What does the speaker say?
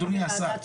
אדוני השר,